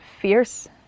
fierce